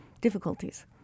difficulties